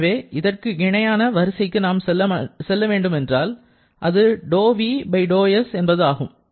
எனவே இதற்கு இணையான வரிசைக்கு நாம் செல்ல வேண்டுமென்றால் அது ∂v∂s ஆகும்